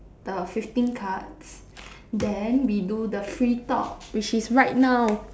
the fifteen cards then we do the free talk which is right now